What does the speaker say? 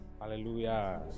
Hallelujah